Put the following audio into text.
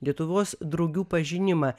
lietuvos drugių pažinimą